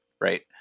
right